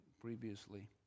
previously